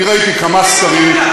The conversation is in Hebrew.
אני ראיתי כמה סקרים,